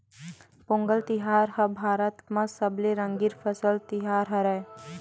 पोंगल तिहार ह भारत म सबले रंगीन फसल तिहार हरय